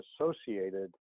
associated